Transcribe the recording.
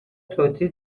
توتی